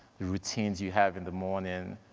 your routines you have in the morning,